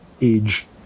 age